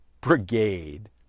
brigade